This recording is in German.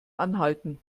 anhalten